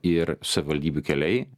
ir savivaldybių keliai